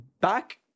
Back